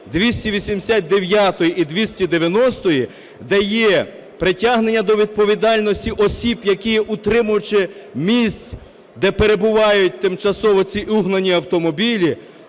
289 і 290, де є притягнення до відповідальності осіб, які утримувачі місць, де перебувають тимчасово ці угнані автомобілі